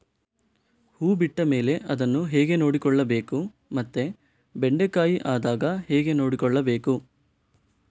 ಹೂ ಬಿಟ್ಟ ಮೇಲೆ ಅದನ್ನು ಹೇಗೆ ನೋಡಿಕೊಳ್ಳಬೇಕು ಮತ್ತೆ ಬೆಂಡೆ ಕಾಯಿ ಆದಾಗ ಹೇಗೆ ನೋಡಿಕೊಳ್ಳಬೇಕು?